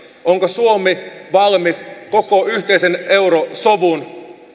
onko suomi valmis koko yhteisen eurosovun